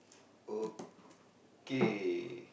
okay